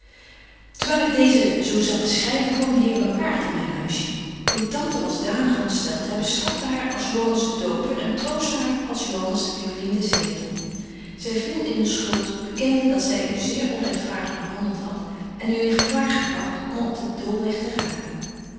terwyl ik deezen zo zat te schryven kwam de heer blankaart in myn huisje uw tante was danig ontstelt hy bestrafte haar als joannes de doper en troostte haar als joannes de lieveling des heren zy viel in den schuld bekende dat zy u zeer onrechtvaardig behandelt hadt en u in gevaar gebragt om op den doolweg te raken